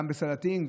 גם בסלטים,